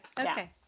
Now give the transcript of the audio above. Okay